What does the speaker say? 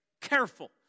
careful